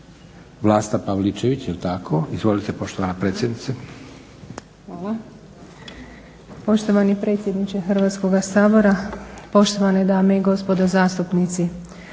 Vlasta Pavličević, jel' tako? Izvolite poštovana predsjednice. **Pavličević, Vlasta** Hvala. Poštovani predsjedniče Hrvatskoga sabora, poštovane dame i gospodo zastupnici